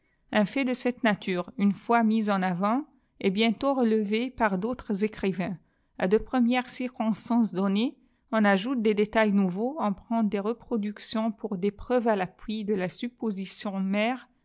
un fait de cètië nature une fois mis en avant est bleritôt afëvé par dàùttrèé éfart vains à dcpremières circonstances données oli ajoute dfes tcîéfàttt noûyeui pjçi prend des reproductions pôiu dé prcdtéis tàppm de la supposition meré